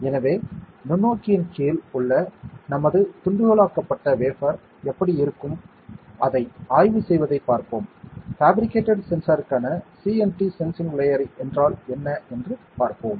எனவே நுண்ணோக்கியின் கீழ் உள்ள நமது துண்டுகளாக்கப்பட்ட வேஃபர் எப்படி இருக்கும் அதை ஆய்வு செய்வதைப் பார்ப்போம் பாபிரிகேட்ட் சென்சாருக்கான சிஎன்டி சென்சிங் லேயர் என்றால் என்ன என்று பார்ப்போம்